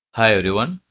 hi everyone,